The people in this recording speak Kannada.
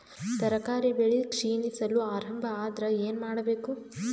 ತರಕಾರಿ ಬೆಳಿ ಕ್ಷೀಣಿಸಲು ಆರಂಭ ಆದ್ರ ಏನ ಮಾಡಬೇಕು?